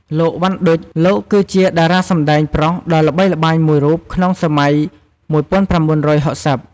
លោក វ៉ាន់ ឌុច លោកគឺជាតារាសម្តែងប្រុសដ៏ល្បីល្បាញមួយរូបក្នុងសម័យ ១៩៦០។